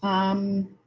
um,